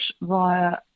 via